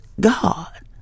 God